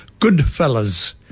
Goodfellas